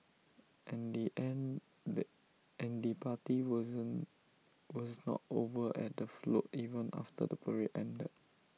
and the and the party was was not over at the float even after the parade ended